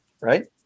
right